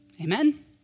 Amen